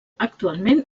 actualment